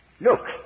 Look